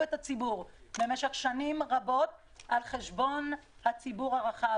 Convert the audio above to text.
את הציבור במשך שנים רבות על חשבון הציבור הרחב.